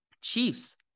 Chiefs